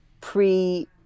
pre